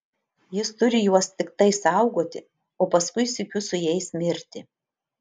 jis turi juos tiktai saugoti o paskui sykiu su jais mirti